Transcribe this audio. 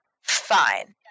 fine